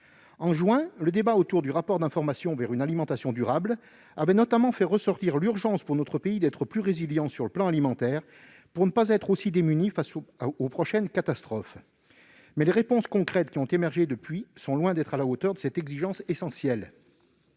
En juin, le débat sur le rapport d'information avait notamment fait ressortir l'urgence pour notre pays d'être plus résilient sur le plan alimentaire, afin de ne pas être aussi démuni face aux prochaines catastrophes. Mais les réponses concrètes qui ont émergé depuis sont loin d'être à la hauteur de cette exigence essentielle.